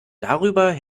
darüber